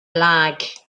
lag